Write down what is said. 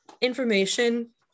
information